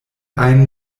ajn